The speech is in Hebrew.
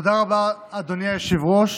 תודה רבה, אדוני היושב-ראש.